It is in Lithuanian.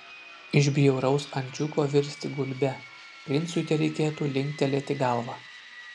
iš bjauraus ančiuko virsti gulbe princui tereikėtų linktelėti galvą